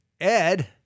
Ed